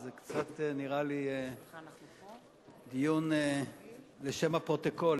זה קצת נראה לי דיון לשם הפרוטוקול,